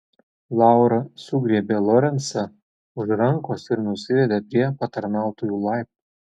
laura sugriebė lorencą už rankos ir nusivedė prie patarnautojų laiptų